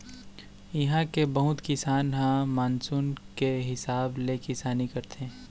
इहां के बहुत किसान ह मानसून के हिसाब ले किसानी करथे